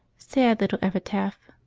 sad little epitaph!